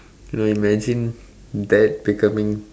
you imagine that becoming